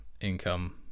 income